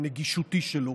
הנגישותי שלו.